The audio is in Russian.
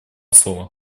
слово